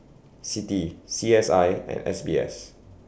C T C S I and S B S